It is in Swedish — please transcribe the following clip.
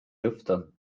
luften